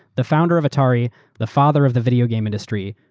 the founder of atari, the father of the video game industry,